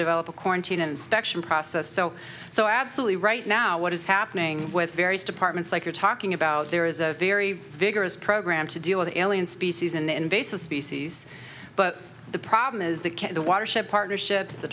develop a quarantine inspection process so so absolutely right now what is happening with various departments like you're talking about there is a very vigorous program to deal with the alien species an invasive species but the problem is the care the watershed partnerships the